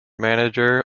manager